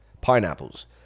Pineapples